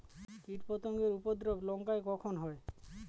কীটপতেঙ্গর উপদ্রব লঙ্কায় কখন হয়?